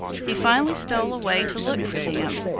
he finally stole away to look for them.